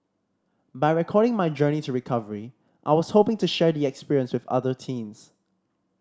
by recording my journey to recovery I was hoping to share the experience with other teens